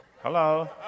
Hello